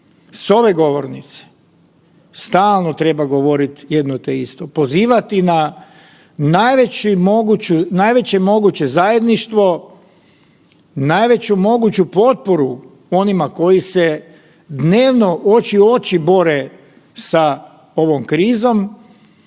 s ove govornice stalno treba govorit jedno te isto, pozivati na najveće moguće zajedništvo, najveću moguću potporu onima koji se dnevno oči u oči bore sa ovom krizom